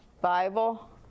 Bible